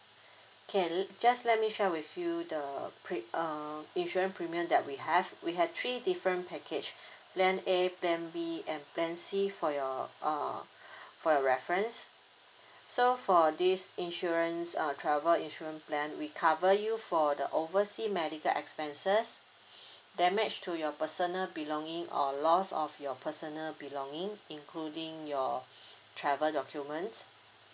can just let me share with you the pre~ uh insurance premium that we have we have three different package plan A plan B and plan C for your uh for your reference so for this insurance uh travel insurance plan we cover you for the oversea medical expenses damage to your personal belonging or loss of your personal belongings including your travel document